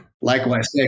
likewise